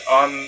on